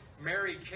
Mary